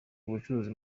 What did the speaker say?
ubucuruzi